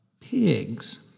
pigs